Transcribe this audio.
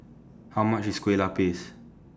How much IS Kueh Lupis